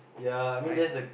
I